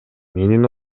менин